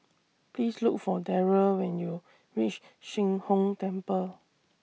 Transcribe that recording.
Please Look For Darold when YOU REACH Sheng Hong Temple